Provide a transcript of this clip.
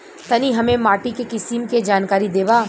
तनि हमें माटी के किसीम के जानकारी देबा?